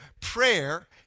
Prayer